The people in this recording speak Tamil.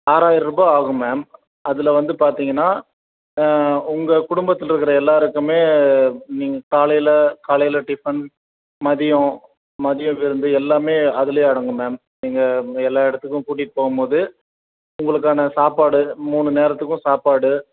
ஆறாயரூபாய் ஆகும் மேம் அதில் வந்து பார்த்தீங்கன்னா உங்கள் குடும்பத்தில் இருக்கிற எல்லாருக்குமே நீங்கள் காலையில் காலையில் டிஃபன் மதியம் மதியம் விருந்து எல்லாமே அதிலே அடங்கும் மேம் நீங்கள் எல்லா இடத்துக்கும் கூட்டிட்டு போகும்மோது உங்களுக்கான சாப்பாடு மூணு நேரத்துக்கும் சாப்பாடு